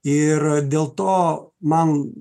ir dėl to man